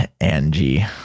Angie